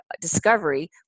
discovery